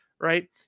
right